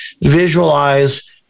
visualize